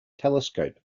telescope